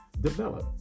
Develop